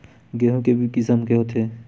गेहूं के किसम के होथे?